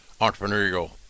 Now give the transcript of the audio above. entrepreneurial